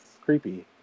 creepy